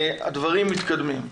הדברים מתקדמים.